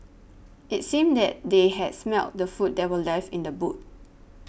it seemed that they had smelt the food that were left in the boot